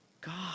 God